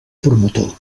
promotor